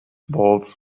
walls